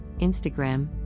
Instagram